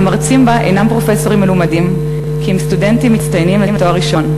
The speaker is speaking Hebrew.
המרצים בה אינם פרופסורים מלומדים כי אם סטודנטים מצטיינים לתואר ראשון,